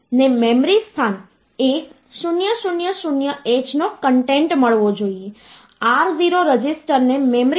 બીજી તરફ અપૂર્ણાંક ભાગ પર અંકો સાથેની સંખ્યાઓ જે અપૂર્ણાંક પોઇન્ટની નજીક છે એટલે કે આ પોઇન્ટ ડેસિમલ પોઇન્ટ છે તે વધુ મહત્વ ધરાવે છે